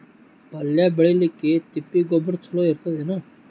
ಪಲ್ಯ ಬೇಳಿಲಿಕ್ಕೆ ತಿಪ್ಪಿ ಗೊಬ್ಬರ ಚಲೋ ಇರತದೇನು?